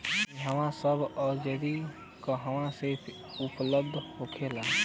यह सब औजार कहवा से उपलब्ध होखेला?